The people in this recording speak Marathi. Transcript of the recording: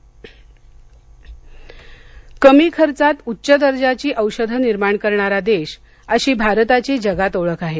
पंतप्रधान कमी खर्चात उच्च दर्जाची औषधं निर्माण करणारा देश अशी भारताची जगात ओळख आहे